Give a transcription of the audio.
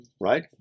right